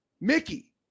Mickey